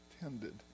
tended